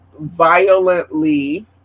violently